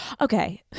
Okay